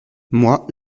moi